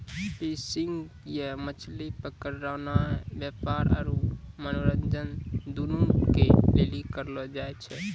fishing या मछली पकड़नाय व्यापार आरु मनोरंजन दुनू के लेली करलो जाय छै